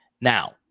Now